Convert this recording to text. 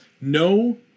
No